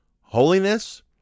holiness